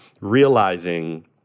realizing